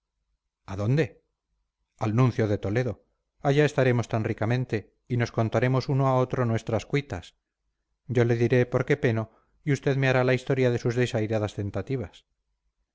a dónde al nuncio de toledo allá estaremos tan ricamente y nos contaremos uno a otro nuestras cuitas yo le diré por qué peno y usted me hará la historia de sus desairadas tentativas